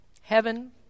heaven